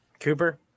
Cooper